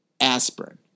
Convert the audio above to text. aspirin